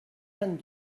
vingt